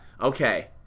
okay